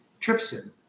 trypsin